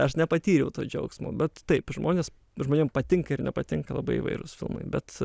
aš nepatyriau to džiaugsmo bet taip žmonės žmonėm patinka ir nepatinka labai įvairūs filmai bet